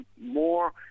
more